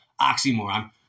Oxymoron